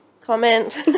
comment